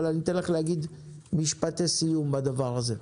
אבל אני אתן לך להגיד משפטי סיום בדבר הזה.